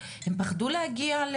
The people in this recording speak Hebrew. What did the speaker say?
שבהם דווקא אף אחד לא מכיר אותם.